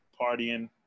partying